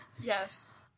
Yes